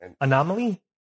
Anomaly